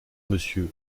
monsieur